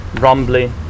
rumbly